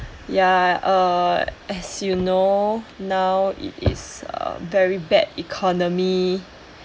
ya uh as you know now it is um very bad economy